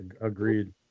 agreed